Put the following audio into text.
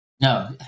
No